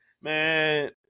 man